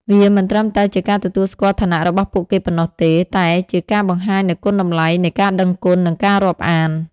វាមិនត្រឹមតែជាការទទួលស្គាល់ឋានៈរបស់ពួកគេប៉ុណ្ណោះទេ តែជាការបង្ហាញនូវគុណតម្លៃនៃការដឹងគុណ និងការរាប់អាន។។